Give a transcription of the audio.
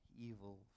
evil